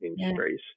industries